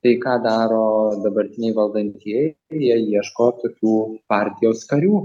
tai ką daro dabartiniai valdantieji jie ieško tokių partijos karių